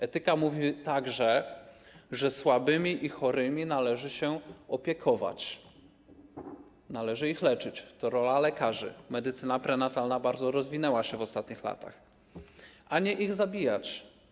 Etyka mówi także, że słabymi i chorymi należy się opiekować, należy ich leczyć - to rola lekarzy, medycyna prenatalna bardzo rozwinęła się w ostatnich latach - a nie ich zabijać.